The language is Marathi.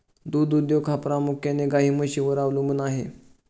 दूध उद्योग हा प्रामुख्याने गाई म्हशींवर अवलंबून आहे